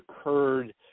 occurred